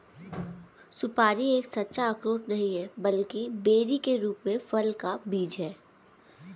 सुपारी एक सच्चा अखरोट नहीं है, बल्कि बेरी के रूप में फल का बीज है